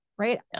Right